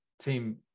team